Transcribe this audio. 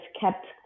kept